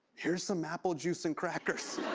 here's some apple juice and crackers.